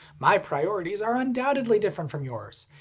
my priorities are undoubtedly different from yours.